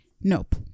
Nope